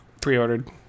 pre-ordered